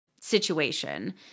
situation